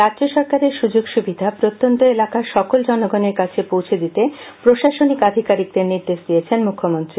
রাজ্য সরকারের সুযোগ সুবিধা প্রত্যন্ত এলাকার সকল জনগণের কাছে পৌঁছে দিতে প্রশাসনিক আধিকারিকদের নির্দেশ দিয়েছেন মৃথ্যমন্ত্রী